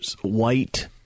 white